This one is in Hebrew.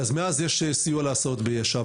אז מאז יש סיוע להסעות ביש"ע.